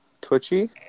Twitchy